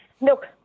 look